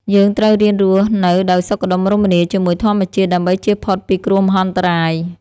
យើងត្រូវរៀនរស់នៅដោយសុខដុមរមនាជាមួយធម្មជាតិដើម្បីជៀសផុតពីគ្រោះមហន្តរាយ។